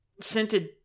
scented